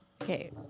Okay